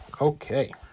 Okay